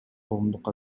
коомдук